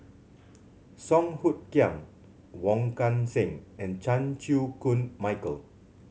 Song Hoot Kiam Wong Kan Seng and Chan Chew Koon Michael